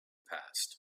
passed